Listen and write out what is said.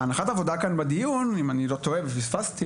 הנחת עבודה כאן בדיון, אם אני לא טועה, היא